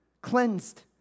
cleansed